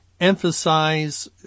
emphasize